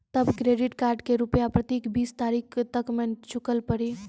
तब credit card के रूपिया प्रतीक बीस तारीख तक मे चुकल पड़ी?